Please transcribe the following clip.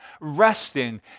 resting